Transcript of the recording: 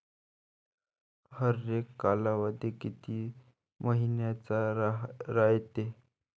हरेक कालावधी किती मइन्याचा रायते?